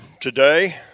today